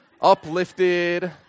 Uplifted